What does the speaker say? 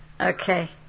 Okay